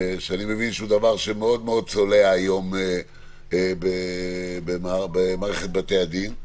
שאני מבין שהוא דבר שמאוד מאוד צולע היום במערכת בתי הדין.